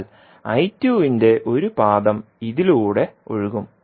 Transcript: എന്നാൽ ന്റെ ഒരു പാദം ഇതിലൂടെ ഒഴുകും